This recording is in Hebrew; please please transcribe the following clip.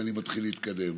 ואני מתחיל להתקדם,